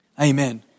Amen